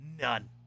None